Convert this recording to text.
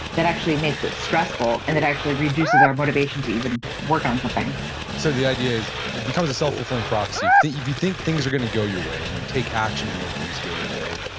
that actually makes it stressful and it actually reduces our motivation to even work on something so the idea is it becomes a self-fulfilling prophesy. if you think things are going to go your way and you take action to make things go your way,